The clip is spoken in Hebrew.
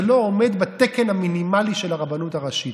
לא עומד בתקן המינימלי של הרבנות הראשית.